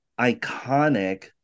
iconic